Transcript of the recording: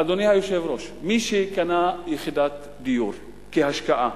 אדוני היושב-ראש, מי שקנה יחידת דיור כהשקעה,